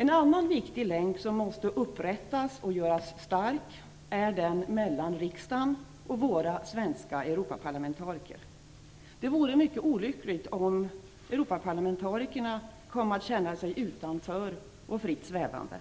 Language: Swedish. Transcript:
En annan viktig länk som måste upprättas och göras stark är den mellan riksdagen och våra svenska Europaparlamentariker. Det vore mycket olyckligt om Europaparlamentarikerna kom att känna sig utanför och fritt svävande.